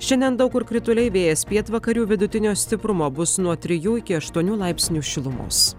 šiandien daug kur krituliai vėjas pietvakarių vidutinio stiprumo bus nuo trijų iki aštuonių laipsnių šilumos